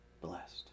blessed